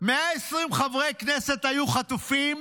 120 חברי כנסת היו חטופים,